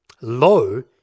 low